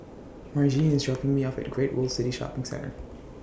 Margene IS dropping Me off At Great World City Shopping Centre